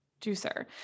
juicer